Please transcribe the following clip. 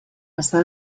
està